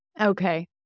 Okay